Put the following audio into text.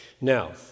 Now